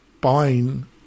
buying